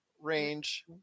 range